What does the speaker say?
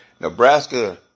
Nebraska